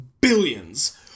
billions